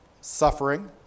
suffering